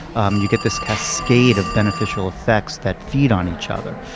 and you get this cascade of beneficial effects that feed on each other.